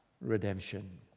redemption